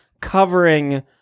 covering